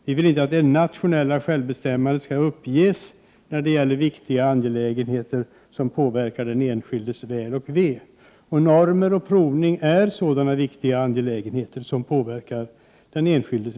Vi vill inte att det nationella självbestämmandet skall uppges när det gäller viktiga angelägenheter som påverkar den enskildes väl och ve. Normer och provning är sådana viktiga angelägenheter.